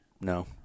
no